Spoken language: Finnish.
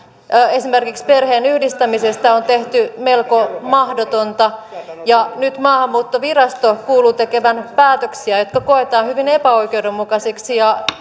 esimerkiksi perheenyhdistämisestä on tehty melko mahdotonta ja nyt maahanmuuttovirasto kuuluu tekevän päätöksiä jotka koetaan hyvin epäoikeudenmukaisiksi ja